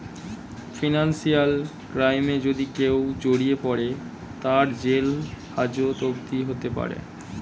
financial ক্রাইমে যদি কেও জড়িয়ে পরে, তার জেল হাজত অবদি হতে পারে